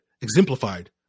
exemplified